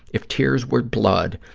if tears were blood,